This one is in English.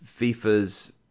FIFA's